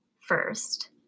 first